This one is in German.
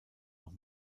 noch